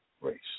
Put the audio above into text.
race